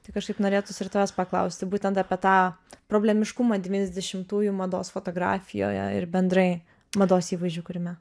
tai kažkaip norėtųsi ir tavęs paklausti būtent apie tą problemiškumą devyniasdešimtųjų mados fotografijoje ir bendrai mados įvaizdžio kūrime